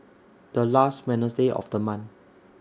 The last Wednesday of The month